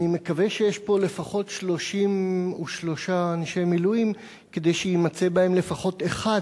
אני מקווה שיש פה לפחות 33 אנשי מילואים כדי שיימצא בהם לפחות אחד